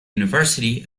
university